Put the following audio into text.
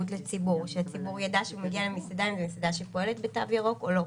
כשלכל המאומתים ולכל המגעים שלהם ולכל חוזרי חו"ל צריך